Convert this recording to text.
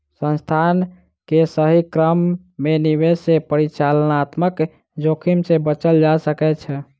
संस्थान के सही क्रम में निवेश सॅ परिचालनात्मक जोखिम से बचल जा सकै छै